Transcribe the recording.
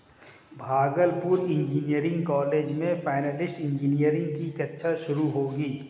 Bhagalpur engineering college में financial engineering की कक्षा शुरू होगी